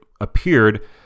appeared